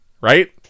Right